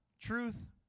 truth